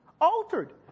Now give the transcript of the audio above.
Altered